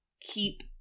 Keep